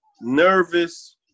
nervous